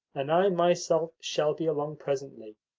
and i myself shall be along presently.